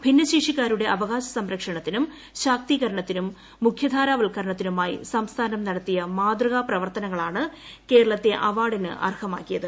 ഭൂിന്ന്ശേഷിക്കാരുടെ അവകാശ സംരക്ഷണത്തിനും ശാക്തീക്രണത്തിനും മുഖ്യധാരവത്ക്കണത്തി നുമായി സംസ്ഥാനം നടത്തിയ മാതൃകാ പ്രവർത്തനങ്ങളാണ് കേരളത്തെ അവാർഡിന് അർഹമാക്കിയത്